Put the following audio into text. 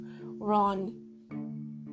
Ron